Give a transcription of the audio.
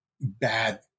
bad